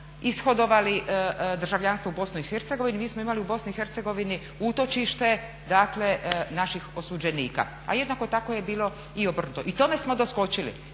ishodovali državljanstvo u Bosni i Hercegovini. Mi smo imali u BiH utočište, dakle naših osuđenika. A jednako tako je bilo i obrnuto i tome smo doskočili.